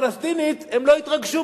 מי נותן את הכסף?